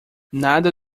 nada